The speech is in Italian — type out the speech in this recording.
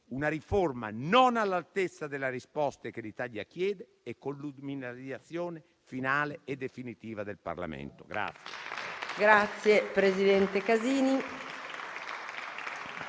una riforma non all'altezza delle risposte che l'Italia chiede e con l'umiliazione finale e definitiva del Parlamento.